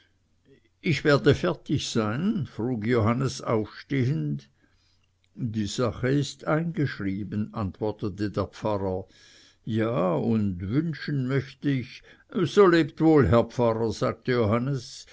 ich werde fertig sein frug johannes aufstehend die sache ist eingeschrieben antwortete der pfarrer ja und wünschen möchte ich so lebt wohl herr pfarrer sagte johannes